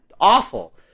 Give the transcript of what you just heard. awful